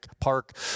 park